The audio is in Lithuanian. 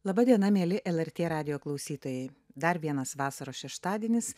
laba diena mieli lrt radijo klausytojai dar vienas vasaros šeštadienis